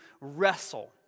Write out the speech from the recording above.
wrestle